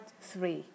three